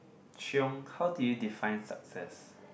chiong how do you define success